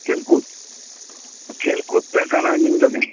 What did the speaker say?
ଖେଲ୍କୁଦ୍ ଏ ଖେଲ୍କୁଦ୍ଟା କାଣା ଜାଣିଛ କାଁ